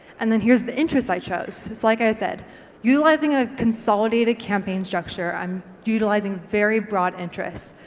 and then here's the interest i chose. it's like i said utilising, a consolidated campaign structure. i'm utilising very broad interests,